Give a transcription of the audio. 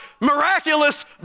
miraculous